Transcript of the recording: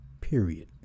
period